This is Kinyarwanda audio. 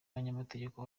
abanyamategeko